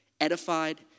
edified